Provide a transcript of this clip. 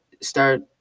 start